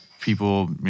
people